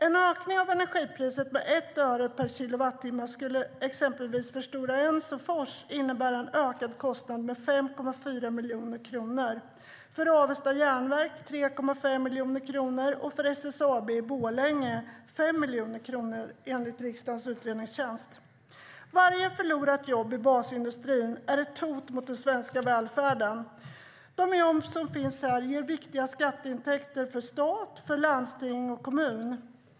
En ökning av energipriset med 1 öre per kilowattimme skulle exempelvis innebära en ökad kostnad för Stora Enso Fors med 5,4 miljoner kronor, för Avesta Jernverk med 3,5 miljoner kronor och för SSAB i Borlänge med 5 miljoner kronor, enligt riksdagens utredningstjänst. Varje förlorat jobb i basindustrin är ett hot mot den svenska välfärden. De jobb som finns här ger viktiga skatteintäkter för stat, landsting och kommun.